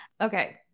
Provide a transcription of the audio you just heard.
Okay